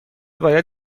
باید